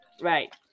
Right